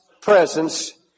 presence